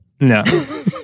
no